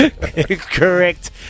Correct